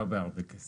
זה לא בהרבה כסף,